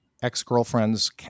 ex-girlfriend's